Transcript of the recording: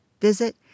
visit